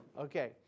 Okay